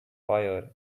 fire